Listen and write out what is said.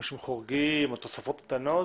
שימושים חורגים או תוספות קטנות,